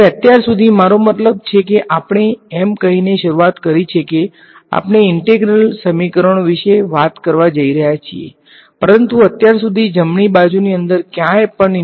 હવે અત્યાર સુધી મારો મતલબ છે કે આપણે એમ કહીને શરૂઆત કરી છે કે આપણે ઈંટેગ્રલ સમીકરણો વિશે વાત કરવા જઈ રહ્યા છીએ પરંતુ અત્યાર સુધી જમણી બાજુની અંદર ક્યાંય પણ ઈન્ટેગ્રલ નથી